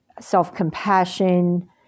self-compassion